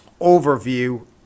overview